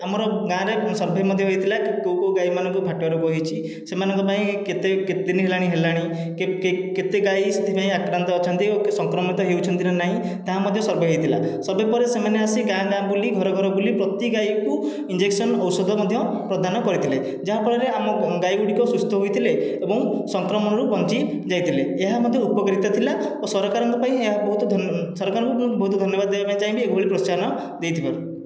ଆମର ଗାଁରେ ସର୍ଭେ ମଧ୍ୟ ହୋଇଥିଲା କି କେଉଁ କେଉଁ ଗାଈମାନଙ୍କୁ ଫାଟୁଆ ରୋଗ ହେଇଛି ସେମାନଙ୍କ ପାଇଁ କେତେ କେତେ ଦିନି ହେଲା ହେଲାଣି କେତେ ଗାଈ ସେଥିପାଇଁ ଆକ୍ରାନ୍ତ ଅଛନ୍ତି ଓ ସଂକ୍ରମିତ ହେଉଛନ୍ତି ନା ନାହିଁ ତାହା ମଧ୍ୟ ସର୍ଭେ ହେଇଥିଲା ସର୍ଭେ ପରେ ସେମାନେ ଆସି ଗାଁ ଗାଁ ବୁଲି ଘର ଘର ବୁଲି ପ୍ରତି ଗାଈକୁ ଇଞ୍ଜେକ୍ସନ୍ ଔଷଧ ମଧ୍ୟ ପ୍ରଦାନ କରିଥିଲେ ଯାହାଫଳରେ ଆମ ଗାଈଗୁଡ଼ିକ ସୁସ୍ଥ ହୋଇଥିଲେ ଏବଂ ସଂକ୍ରମଣରୁ ବଞ୍ଚିଯାଇଥିଲେ ଏହା ମଧ୍ୟ ଉପକୃତ ଥିଲା ଓ ସରକାରଙ୍କ ପାଇଁ ଏହା ବହୁତ ସରକାରଙ୍କୁ ମୁଁ ବହୁତ ଧନ୍ୟବାଦ ଦେବାକୁ ଚାହିଁବି ଏଭଳି ପ୍ରୋତ୍ସାହନ ଦେଇଥିବାରୁ